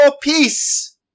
peace